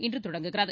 இன்றுதொடங்குகிறது